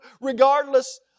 regardless